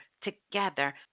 together